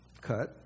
cut